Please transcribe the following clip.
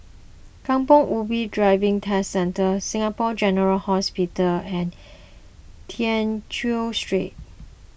Kampong Ubi Driving Test Centre Singapore General Hospital and Tew Chew Street